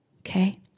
okay